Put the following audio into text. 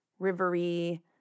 rivery